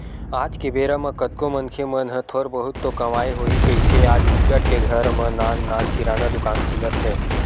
आज के बेरा म कतको मनखे मन ह थोर बहुत तो कमई होही कहिके आज बिकट के घर म नान नान किराना दुकान खुलत हे